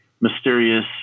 mysterious